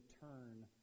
turn